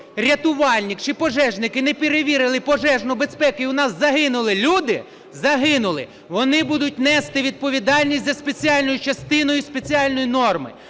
рятувальник чи пожежники не перевірили пожежну безпеку і у нас загинули люди, загинули, вони будуть нести відповідальності за спеціальною частиною спеціальної норми.